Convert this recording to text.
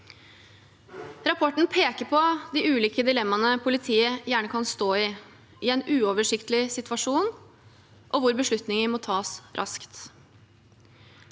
Rapporten peker på de ulike dilemmaene politiet gjerne kan stå overfor i en uoversiktlig situasjon, og hvor beslutninger må tas raskt.